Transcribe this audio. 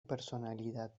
personalidad